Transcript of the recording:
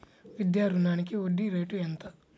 విద్యా రుణానికి వడ్డీ రేటు ఎంత?